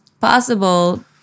Possible